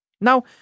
Now